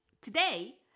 today